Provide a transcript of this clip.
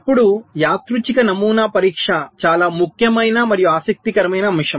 ఇప్పుడు యాదృచ్ఛిక నమూనా పరీక్ష చాలా ముఖ్యమైన మరియు ఆసక్తికరమైన అంశం